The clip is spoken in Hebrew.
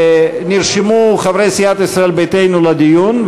נרשמו חברי סיעת ישראל ביתנו לדיון,